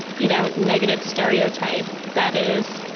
you know, negative stereotype that is,